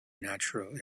natural